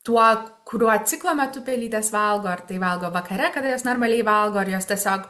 tuo kuriuo ciklo metu pelytės valgo ar tai valgo vakare kada jos normaliai valgo ar jos tiesiog